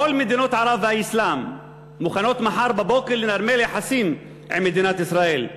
כל מדינות ערב והאסלאם מוכנות מחר בבוקר לנרמל יחסים עם מדינת ישראל,